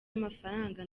amafaranga